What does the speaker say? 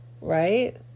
right